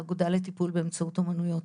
האגודה לטיפול באמצעות אמנויות.